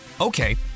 Okay